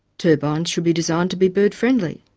turbines should be designed to be bird-friendly.